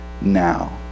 now